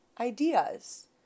ideas